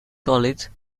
college